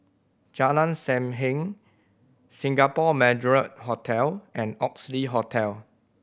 Jalan Sam Heng Singapore Marriott Hotel and Oxley Hotel